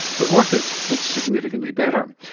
but worth it if it's significantly better.